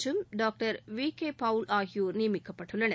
மற்றும் doctor V K Paul ஆகியோர் நியமிக்கப்பட்டுள்ளனர்